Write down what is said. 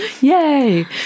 yay